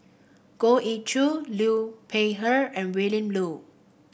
Goh Ee Choo Liu Peihe and Willin Low